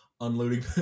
unloading